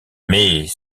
mais